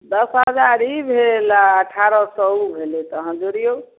दस हजार ई भेल आओर अठारह सओ ओ भेलै तऽ अहाँ जोड़िऔ